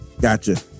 Gotcha